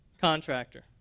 contractor